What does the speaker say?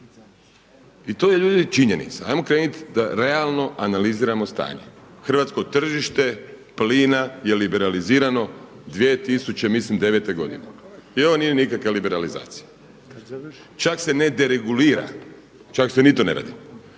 I to je ljudi činjenica. Hajmo krenut da realno analiziramo stanje. Hrvatsko tržište plina je liberalizirano dvije tisuće mislim devete godine i ovo nije nikakva liberalizacija. Čak se ne deregulira, čak se ni to ne radi